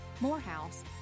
Morehouse